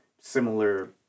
similar